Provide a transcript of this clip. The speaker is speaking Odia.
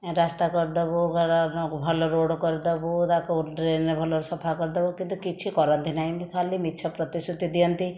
ରାସ୍ତା କରିଦେବୁ ଭଲ ରୋଡ଼ କରିଦେବୁ ତାକୁ ଡ୍ରେନ ଭଲ ସଫା କରିଦେବୁ କିନ୍ତୁ କିଛି କରନ୍ତି ନାହିଁ ଖାଲି ମିଛ ପ୍ରତିଶ୍ରୁତି ଦିଅନ୍ତି